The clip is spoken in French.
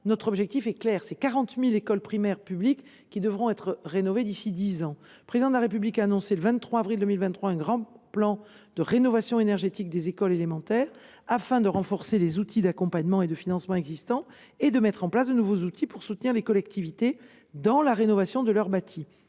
notre objectif est clair : 40 000 écoles primaires publiques devront être rénovées d’ici à dix ans. Le Président de la République a annoncé, le 23 avril 2023, un grand plan de rénovation énergétique des écoles élémentaires visant à renforcer les outils d’accompagnement et de financement existants et à mettre en place de nouveaux outils destinés à soutenir les collectivités dans la rénovation de leur bâti.